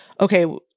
okay